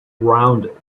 rounded